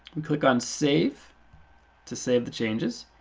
and click on save to save the changes.